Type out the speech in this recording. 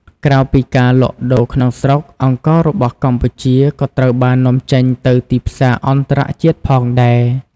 ក្រៅពីការលក់ដូរក្នុងស្រុក អង្កររបស់កម្ពុជាក៏ត្រូវបាននាំចេញទៅទីផ្សារអន្តរជាតិផងដែរ។